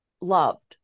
loved